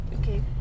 Okay